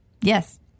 yes